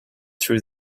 threw